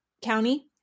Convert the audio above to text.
county